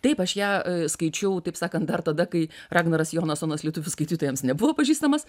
taip aš ją skaičiau taip sakant dar tada kai ragnaras jonasonas lietuvių skaitytojams nebuvo pažįstamas